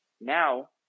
now